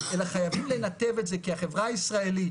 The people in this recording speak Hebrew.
אלא חייבים לנתב את זה כי החברה הישראלית